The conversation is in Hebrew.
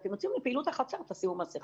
וכשאתם יוצאים לפעילות בחצר תשימו מסכה.